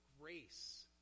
grace